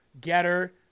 Getter